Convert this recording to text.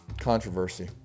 controversy